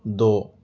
دو